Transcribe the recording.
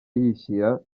yishyira